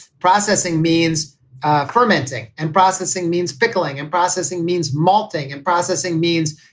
processing means fermenting and processing means pickling and processing means malting and processing means